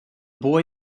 boy